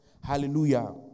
Hallelujah